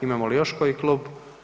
Imamo li još koji klub?